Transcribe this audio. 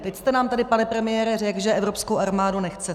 Teď jste nám tady, pane premiére, řekl, že evropskou armádu nechcete.